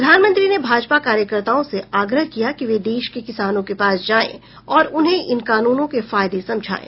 प्रधानमंत्री ने भाजपा कार्यकर्ताओं से आग्रह किया कि वे देश के किसानों के पास जाएं और उन्हें इन कानूनों के फायदे समझाएं